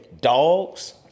dogs